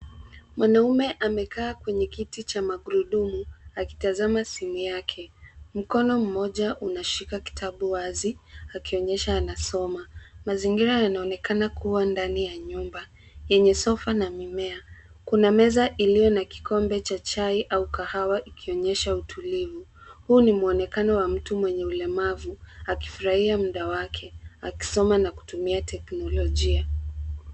Mwanaume amekaa kwenye kiti cha magurudumu akitazama simu yake. Mkono mmoja unashika kitabu wazi akionyesha anasoma. Mazingira yanaonekana kuwa ndani ya nyumba yenye sofa na mimea. Kuna meza iliyo na kikombe cha chai au kahawa ikionyesha utulivu. Huu ni mwonekano wa mtu mwenye ulemavu akifurahia muda wake akisoma nakutumia teknolojia.